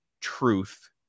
truth